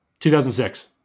2006